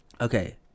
Okay